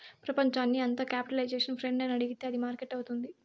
ప్రపంచాన్ని అంత capitalisation friend అని అడిగితే అది మార్కెట్ అవుతుంది